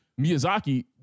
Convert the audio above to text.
Miyazaki